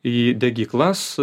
į degyklas